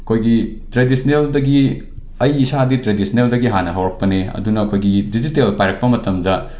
ꯑꯩꯈꯣꯏꯒꯤ ꯇ꯭ꯔꯦꯗꯤꯁ꯭ꯅꯦꯜꯗꯒꯤ ꯑꯩ ꯏꯁꯥꯗꯤ ꯇ꯭ꯔꯦꯗꯤꯁ꯭ꯅꯦꯜꯗꯒꯤ ꯍꯥꯟꯅ ꯍꯧꯔꯛꯄꯅꯦ ꯑꯗꯨꯅ ꯑꯩꯈꯣꯏꯒꯤ ꯗꯤꯖꯤꯇꯦꯜ ꯄꯥꯏꯔꯛꯄ ꯃꯇꯝꯗ